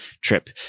trip